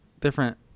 different